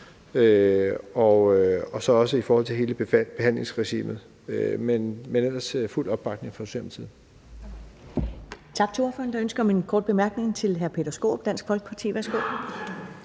og så også i forhold til hele behandlingsregimet. Men ellers fuld opbakning fra